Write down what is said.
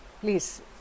please